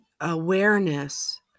awareness